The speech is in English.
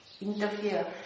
interfere